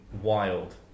Wild